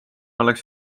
oleks